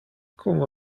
como